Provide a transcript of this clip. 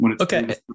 Okay